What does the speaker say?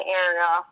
area